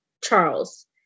charles